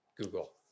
Google